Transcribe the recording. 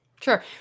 Sure